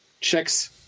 checks